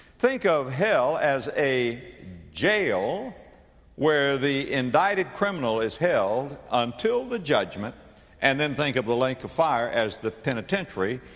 think of hell as a jail where the indicted criminal is held until the judgment and then think of the lake of fire as the penitentiary.